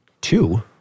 Two